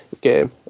game